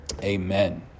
amen